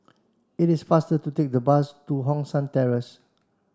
it is faster to take the bus to Hong San Terrace